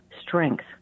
strength